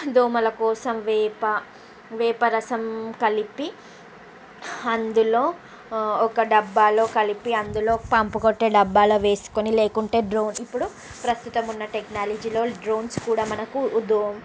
దోమలకోసం వేప వేపరసం కలిపి అందులో ఒక డబ్బాలో కలిపి అందులో పంపుకొట్టే డబ్బాలో వేసుకుని లేకుంటే డ్రోన్ ఇప్పుడు ప్రస్తుతం ఉన్న టెక్నాలజీ డ్రోన్స్ కూడా మనకు దోం